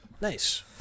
Nice